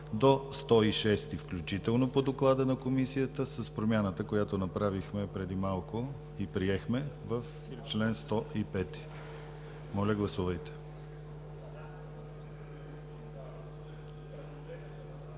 до 106 включително по доклада на Комисията с промяната, която направихме преди малко и приехме в чл. 105. Гласували